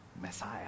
Messiah